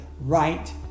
right